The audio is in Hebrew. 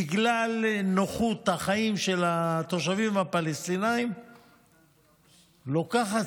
בגלל נוחות החיים של הפלסטינים לוקחת